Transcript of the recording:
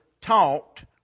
talked